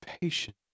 patient